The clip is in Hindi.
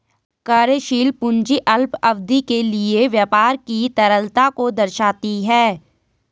कार्यशील पूंजी अल्पावधि के लिए व्यापार की तरलता को दर्शाती है